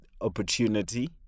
opportunity